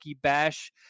Bash